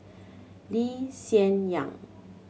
Lee Hsien Yang